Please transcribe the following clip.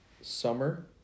summer